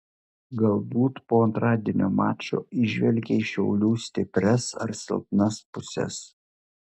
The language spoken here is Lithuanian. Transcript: galbūt po antradienio mačo įžvelgei šiaulių stiprias ar silpnas puses